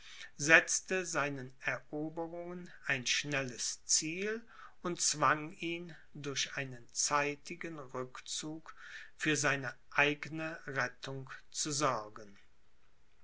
setzte seinen eroberungen ein schnelles ziel und zwang ihn durch einen zeitigen rückzug für seine eigne rettung zu sorgen